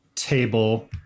Table